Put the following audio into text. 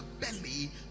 belly